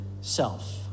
self